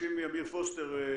מבקשים מאמיר פוסטר,